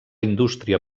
indústria